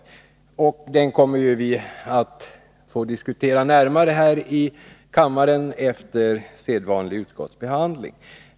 Den propositionen kommer vi att få diskutera närmare i kammaren efter sedvanlig utskottsbe Nr 26 handling.